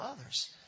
others